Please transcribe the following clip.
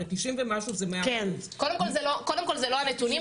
הרי 90% ומשהו זה 100%. קודם כל זה לא הנתונים.